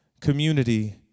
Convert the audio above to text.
community